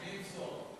אני אמסור לו.